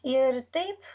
ir taip